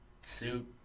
suit